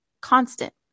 constant